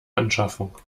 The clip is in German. anschaffung